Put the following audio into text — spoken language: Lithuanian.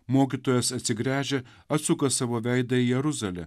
mokytojas atsigręžia atsuka savo veidą į jeruzalę